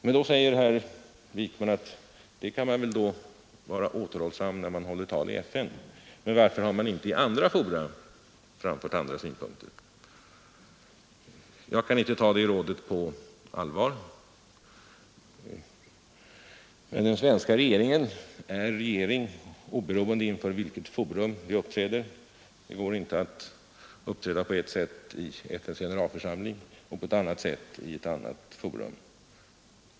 Herr Wijkman säger att man kan vara återhållsam i FN, men han frågar varför vi inte i andra fora har fram fört andra synpunkter. Jag kan inte ta det rådet på allvar. Den svenska regeringen är regering oberoende av inför vilket forum vi uppträder. Det går inte att uppträda på ett sätt i FN:s generalförsamling och på ett annat sätt inför ett annat forum.